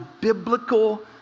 biblical